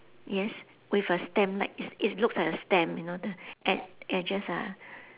yes with a stamp like it's it's looks like a stamp you know the e~ edges are